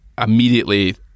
immediately